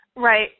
Right